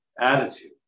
attitude